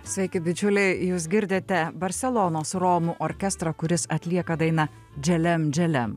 sveiki bičiuliai jūs girdite barselonos romų orkestrą kuris atlieka dainą dželem dželem